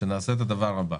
שנעשה את הדבר הבא: